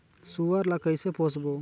सुअर ला कइसे पोसबो?